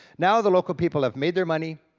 now the local people have made their money,